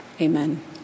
amen